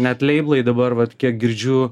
net leiblai dabar vat kiek girdžiu